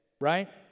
right